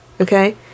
Okay